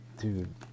dude